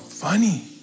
funny